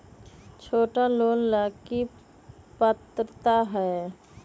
छोटा लोन ला की पात्रता है?